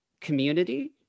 community